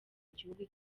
igihugu